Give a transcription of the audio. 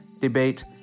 debate